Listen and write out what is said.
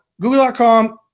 Google.com